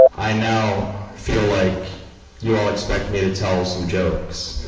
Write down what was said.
i now feel like you all expect me to tell some jokes